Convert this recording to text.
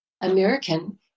American